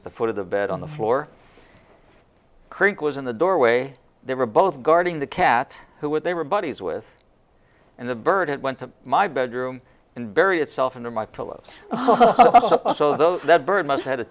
at the foot of the bed on the floor creak was in the doorway they were both guarding the cats who were they were buddies with and the bird went to my bedroom and very itself under my pillow oh so that bird must had a